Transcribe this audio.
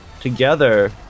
together